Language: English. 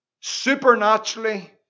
supernaturally